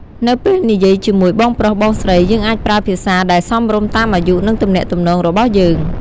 នៅពេលនិយាយជាមួយ បងប្រុស បងស្រី យើងអាចប្រើភាសាដែលសមរម្យតាមអាយុ និងទំនាក់ទំនងរបស់យើង។